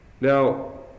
Now